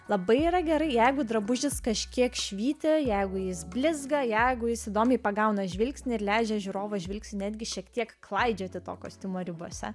labai yra gerai jeigu drabužis kažkiek švyti jeigu jis blizga jeigu jis įdomiai pagauna žvilgsnį ir leidžia žiūrovo žvilgsniui netgi šiek tiek klaidžioti to kostiumo ribose